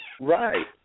Right